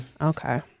okay